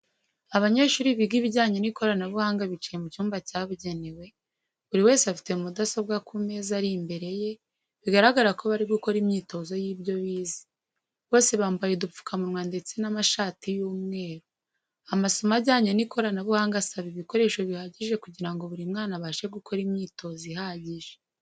Abanyeshuri biga ibijyanye n'ikoranabuhanga bicaye mu cyumba cyabugenewe buri wese afite mudasobwa ku meza ari imbere ye bigaragara ko barimo gukora imyitozo y'ibyo bize, bose bambaye udupfukamunwa ndetse n'amashati y'umweru. Amasomo ajyanye n'ikoranabuhanga asaba ibikoreso bihagije kugirango buri mwana abashe gukora imyitozo ihagije.